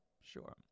Sure